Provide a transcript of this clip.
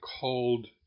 called